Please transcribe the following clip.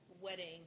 wedding